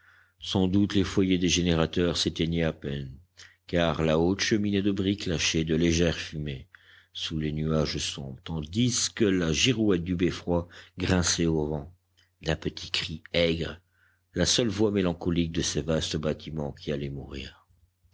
sans doute les foyers des générateurs s'éteignaient à peine car la haute cheminée de briques lâchait de légères fumées sous les nuages sombres tandis que la girouette du beffroi grinçait au vent d'un petit cri aigre la seule voix mélancolique de ces vastes bâtiments qui allaient mourir